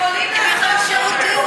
הם יכולים לעשות שירות אזרחי,